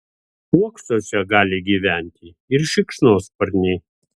uoksuose gali gyventi ir šikšnosparniai